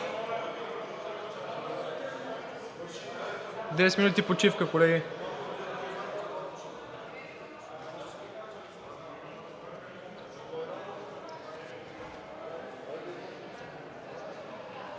10 минути почивка, колеги.